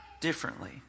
differently